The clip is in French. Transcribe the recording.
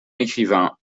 écrivain